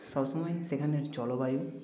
সব সময় সেখানের জলবায়ু